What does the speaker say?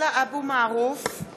להתערב גם בנושא של אפליה,